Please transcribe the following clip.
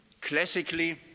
Classically